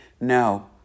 No